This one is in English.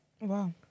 Wow